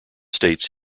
states